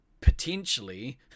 potentially